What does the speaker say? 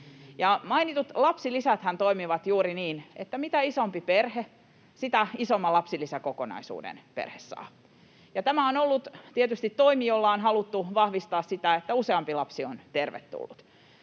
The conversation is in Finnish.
Mainitut lapsilisäthän toimivat juuri niin, että mitä isompi perhe, sitä isomman lapsilisäkokonaisuuden perhe saa. Tämä on ollut tietysti toimi, jolla on haluttu vahvistaa sitä, että useampi lapsi on tervetullut.